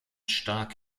stark